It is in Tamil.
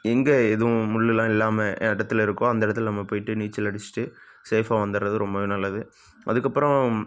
எங்கே எதுவும் முள்ளுலாம் இல்லாமல் இடத்துல இருக்கோ அந்த இடத்துல நம்ம போயிவிட்டு நீச்சல் அடிச்சிகிட்டு சேஃபாக வந்துடுறது ரொம்பவே நல்லது அதற்கப்பறோம்